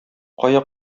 кая